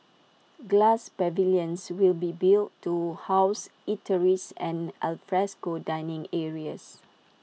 glass pavilions will be built to house eateries and alfresco dining areas